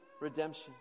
redemption